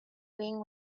wing